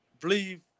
believe